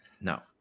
No